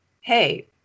hey